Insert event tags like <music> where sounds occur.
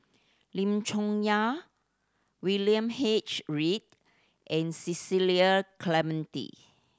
Lim Chong Yah William H Read and <unintelligible> Clementi